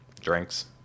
drinks